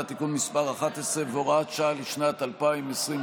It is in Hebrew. (תיקון מס' 11 והוראות שעה לשנת 2021),